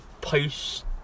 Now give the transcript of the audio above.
post